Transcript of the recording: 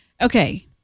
okay